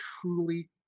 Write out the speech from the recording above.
truly